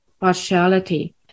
partiality